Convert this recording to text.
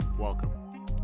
welcome